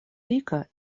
рика